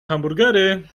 hamburgery